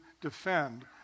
defend